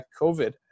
COVID